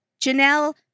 Janelle